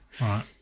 right